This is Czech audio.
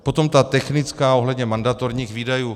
Potom ta technická, ohledně mandatorních výdajů.